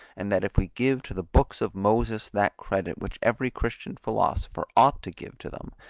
and that, if we give to the books of moses that credit which every christian philosopher ought to give to them,